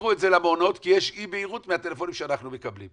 תבהירו את זה למעונות כי יש אי בהירות מהטלפונים שאנחנו מקבלים.